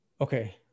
Okay